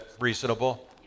reasonable